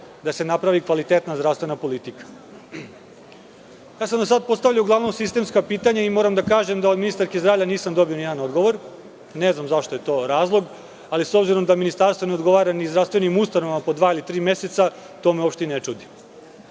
da se napravi kvalitetna zdravstvena politika. Do sada sam postavljao uglavnom sistemska pitanja i moram da kažem da od ministarke zdravlja nisam dobio ni jedan odgovor. Ne znam zašto je to razlog. Ali, s obzirom da ministarstvo ne odgovara ni zdravstvenim ustanovama po dva ili tri meseca to me i ne